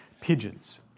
pigeons